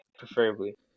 Preferably